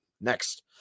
Next